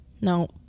No